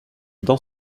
dans